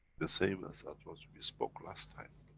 the same as, that was we spoke last time.